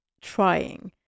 trying